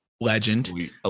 legend